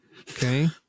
okay